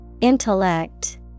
Intellect